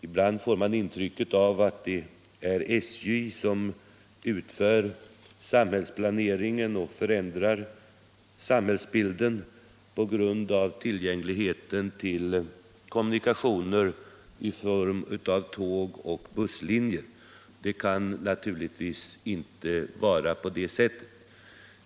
Ibland får man intrycket att det är SJ som utför samhällsplaneringen och förändrar samhällsbilden på grund av tillgängligheten till kommunikationer i form av tåg och busslinjer. Det får naturligtvis inte vara på det sättet.